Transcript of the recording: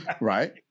right